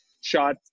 shot